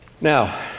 Now